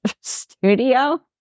studio